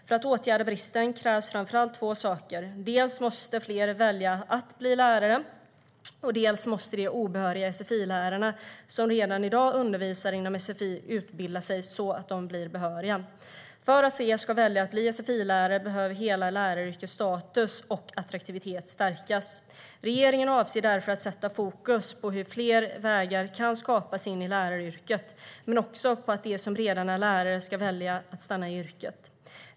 För att åtgärda bristen krävs framför allt två saker: Dels måste fler välja att bli lärare, dels måste de obehöriga sfi-lärare som redan i dag undervisar inom sfi utbilda sig så att de blir behöriga. För att fler ska välja att bli sfi-lärare behöver hela läraryrkets status och attraktivitet stärkas. Regeringen avser därför att sätta fokus på hur fler vägar kan skapas in i läraryrket, men också på att de som redan är lärare ska välja att stanna i yrket.